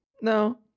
no